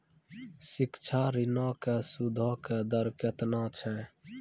शिक्षा ऋणो के सूदो के दर केतना छै?